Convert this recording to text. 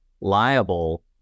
liable